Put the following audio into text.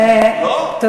בועז, הבטחת לי תשובה.